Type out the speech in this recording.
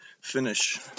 finish